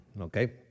Okay